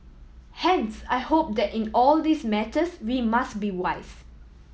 hence I hope that in all these matters we must be wise